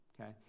okay